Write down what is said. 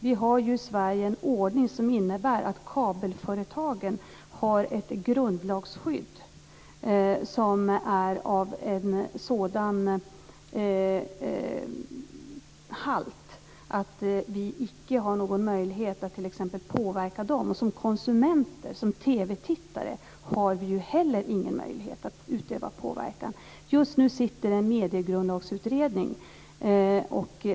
Vi har ju i Sverige en ordning som innebär att kabelföretagen har ett grundlagsskydd som är av en sådan halt att vi inte har någon möjlighet att t.ex. påverka dem. Som konsumenter, som TV-tittare, har vi inte heller någon möjlighet att utöva påverkan. Just nu sitter en mediegrundlagsutredning.